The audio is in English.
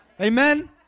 Amen